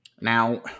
Now